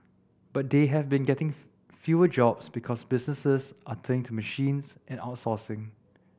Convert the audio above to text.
but they have been getting fewer jobs because businesses are turning to machines and outsourcing